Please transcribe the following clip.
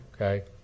Okay